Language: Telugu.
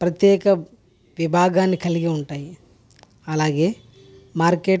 ప్రత్యేక విభాగాన్ని కలిగి ఉంటాయి అలాగే మార్కెట్